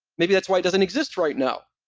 maybe that's why it doesn't exist right now.